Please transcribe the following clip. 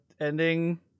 ending